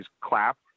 clap